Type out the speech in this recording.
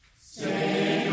sing